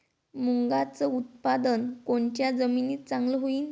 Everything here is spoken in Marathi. मुंगाचं उत्पादन कोनच्या जमीनीत चांगलं होईन?